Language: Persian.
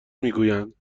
میگویند